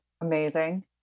Amazing